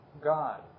God